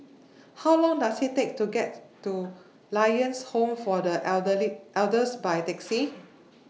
How Long Does IT Take to get to Lions Home For The Elderly Elders By Taxi